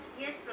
Yes